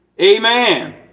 amen